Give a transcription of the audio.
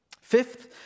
Fifth